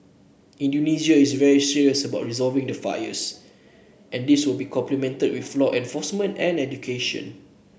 Indonesia is very serious about resolving the fires and this will be complemented with law enforcement and education